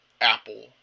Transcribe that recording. Apple